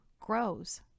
grows